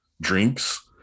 drinks